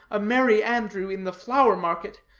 a merry-andrew, in the flower-market,